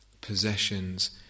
possessions